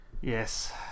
Yes